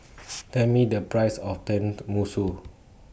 Tell Me The Price of Tenmusu